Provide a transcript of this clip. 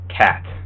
Cat